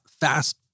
Fast